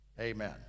Amen